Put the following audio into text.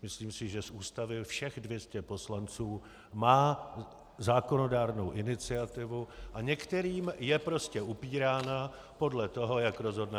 Myslím si, že z Ústavy všech 200 poslanců má zákonodárnou iniciativu a některým je prostě upírána podle toho, jak rozhodne Andrej.